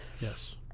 Yes